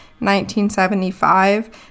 1975